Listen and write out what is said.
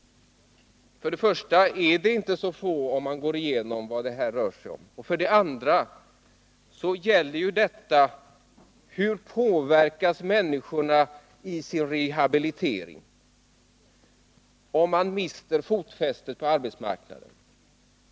För det första rör det sig inte om så få människor — det finner man om man går igenom det hela. För det andra måste man ställa frågan: Hur påverkas människorna i sin rehabilitering om de mister fotfästet på arbetsmarknaden?